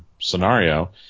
scenario